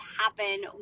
happen